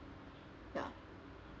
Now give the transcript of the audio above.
ya